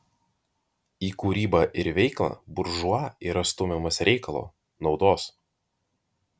į kūrybą ir veiklą buržua yra stumiamas reikalo naudos